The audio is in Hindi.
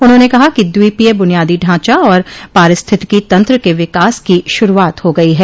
उन्होंने कहा कि द्वीपीय बुनियादी ढांचा और पारिस्थिकी तंत्र के विकास की शरुआत हो गई है